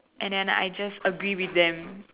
and then I just agree with them